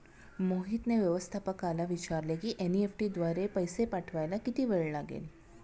मोहितने व्यवस्थापकाला विचारले की एन.ई.एफ.टी द्वारे पैसे पाठवायला किती वेळ लागेल